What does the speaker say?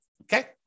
okay